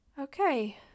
Okay